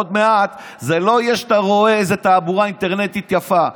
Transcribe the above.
עוד מעט זה לא יהיה כך שאתה רואה איזו תעבורה אינטרנטית יפה.